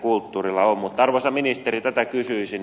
arvoisa ministeri tätä kysyisin